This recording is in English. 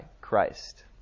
Christ